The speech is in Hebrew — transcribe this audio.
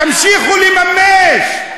תמשיכו למשש,